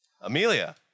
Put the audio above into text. Amelia